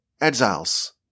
exiles